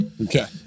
Okay